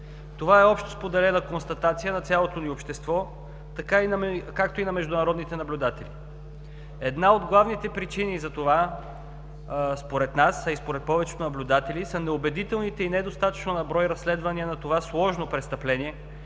Това е общо споделена констатация на цялото ни общество, както и на международните наблюдатели. Една от главните причини за това според нас, а и според повечето наблюдатели, е неубедителните и недостатъчно на брой разследвания на това сложно престъпление,